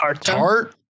Tart